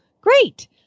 great